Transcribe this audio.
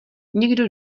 někdo